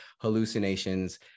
hallucinations